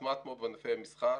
הטמעת מו"פ בענפי המסחר.